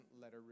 letter